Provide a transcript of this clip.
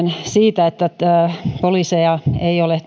siitä että poliiseja ei ole